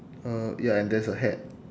uh ya and there's a hat